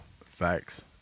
Facts